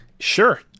Sure